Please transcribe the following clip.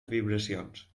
vibracions